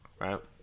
right